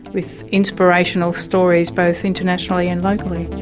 with inspirational stories both internationally and locally.